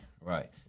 right